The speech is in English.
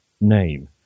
name